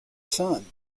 son